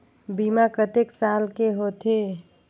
बीमा कतेक साल के होथे?